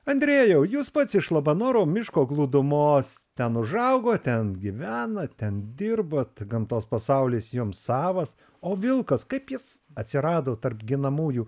andrejau jūs pats iš labanoro miško glūdumos ten užaugot ten gyvenat ten dirbot gamtos pasaulis jums savas o vilkas kaip jis atsirado tarp ginamųjų